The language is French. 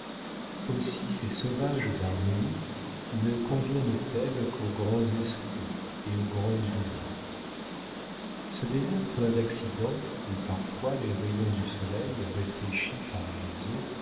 aussi ces sauvages harmonies ne conviennent elles qu'aux grands esprits et aux grandes douleurs ce désert plein d'accidents où parfois les rayons du soleil réfléchis par les eaux